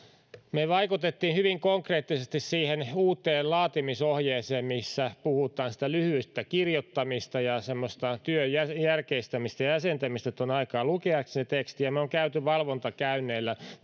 me vaikutimme hyvin konkreettisesti siihen uuteen laatimisohjeeseen missä puhutaan siitä lyhyestä kirjoittamisesta ja työn järkeistämisestä ja jäsentämisestä että on aikaa lukea se teksti ja me olemme käyneet valvontakäynneillä